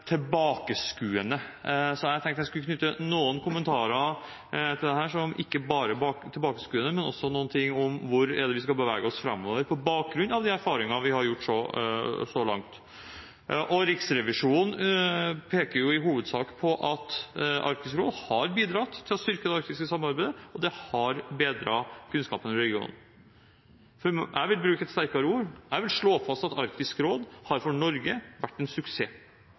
tilbakeskuende, så jeg tenkte jeg skulle knytte noen kommentarer til dette som ikke bare er tilbakeskuende, men også hvordan vi skal bevege oss framover på bakgrunn av de erfaringene vi har gjort oss så langt. Riksrevisjonen peker i hovedsak på at Arktisk råd har bidratt til å styrke det arktiske samarbeidet, og at det har bedret kunnskapen i regionen. Jeg vil bruke et sterkere ord: Jeg vil slå fast at Arktisk råd har vært en suksess